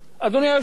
אדוני היושב-ראש,